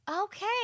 Okay